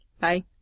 Bye